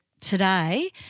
today